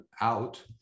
out